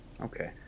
Okay